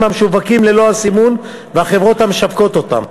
המשווקים ללא הסימון והחברות המשווקות אותן,